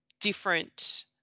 different